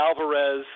Alvarez